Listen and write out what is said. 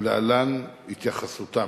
ולהלן התייחסותם: